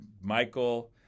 Michael